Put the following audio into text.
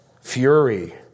fury